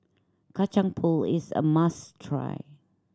Kacang Pool is a must try